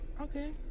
Okay